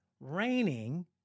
raining